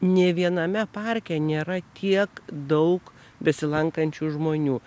nei viename parke nėra tiek daug besilankančių žmonių